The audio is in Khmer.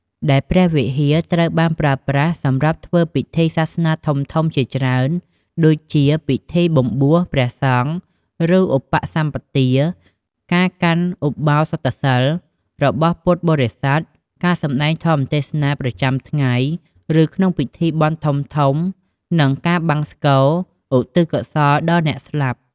ដែលព្រះវិហារត្រូវបានប្រើប្រាស់សម្រាប់ធ្វើពិធីសាសនាធំៗជាច្រើន ដូចជា ពិធីបំបួសព្រះសង្ឃ ឬ ឧបសម្បទា ការកាន់ឧបោសថសីល របស់ពុទ្ធបរិស័ទ ការសំដែងធម៌ទេសនា ប្រចាំថ្ងៃ ឬក្នុងពិធីបុណ្យធំៗ និងការបង្សុកូល ឧទ្ទិសកុសលដល់អ្នកស្លាប់។